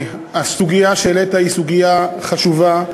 הסוגיה שהעלית היא סוגיה חשובה,